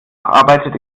arbeitete